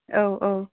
औ औ